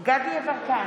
דסטה גדי יברקן,